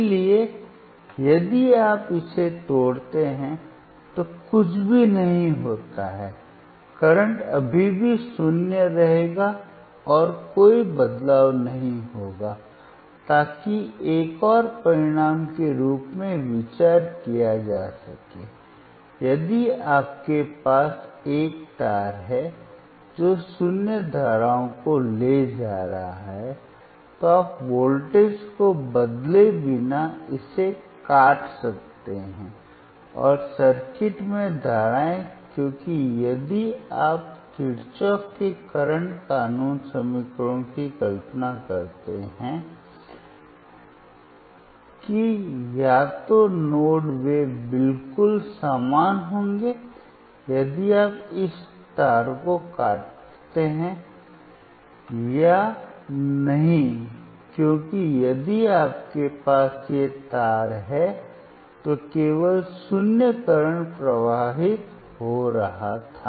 इसलिए यदि आप इसे तोड़ते हैं तो कुछ भी नहीं होता है करंट अभी भी शून्य रहेगा और कोई बदलाव नहीं होगा ताकि एक और परिणाम के रूप में विचार किया जा सके यदि आपके पास एक तार है जो शून्य धाराओं को ले जा रहा है तो आप वोल्टेज को बदले बिना इसे काट सकते हैं और सर्किट में धाराएं क्योंकि यदि आप किरचॉफ के करंट कानून समीकरणों की कल्पना करते हैं कि या तो नोड वे बिल्कुल समान होंगे यदि आप इस तार को काटते हैं या नहीं क्योंकि यदि आपके पास ये तार हैं तो केवल शून्य करंट प्रवाहित हो रहा था